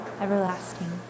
everlasting